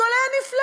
הכול היה נפלא.